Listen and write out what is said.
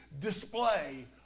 display